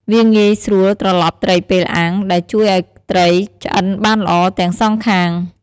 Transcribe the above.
វាងាយស្រួលត្រឡប់ត្រីពេលអាំង ដែលជួយឲ្យត្រីឆ្អិនបានល្អទាំងសងខាង។